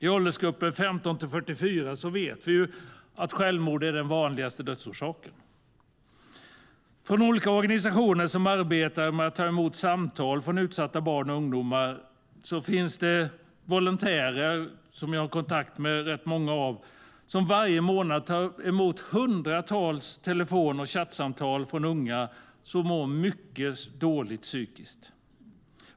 I åldersgruppen 15-44 vet vi att självmord är den vanligaste dödsorsaken.I olika organisationer som arbetar med att ta emot samtal från utsatta barn och ungdomar finns det volontärer - jag har kontakt med rätt många av dem. Varje månad tar de emot hundratals telefon och chattsamtal från unga som mår mycket dåligt psykiskt.